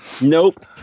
Nope